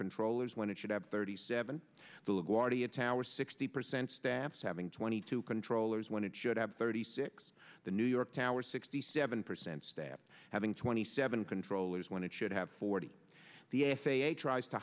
controllers when it should have thirty seven the laguardia tower sixty percent staff having twenty two controllers when it should have thirty six the new york tower sixty seven percent staff having twenty seven controllers when it should have forty the f a a tries to